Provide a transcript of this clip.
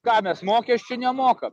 ką mes mokesčių nemokam